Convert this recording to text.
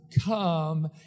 come